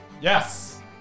Yes